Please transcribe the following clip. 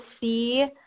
see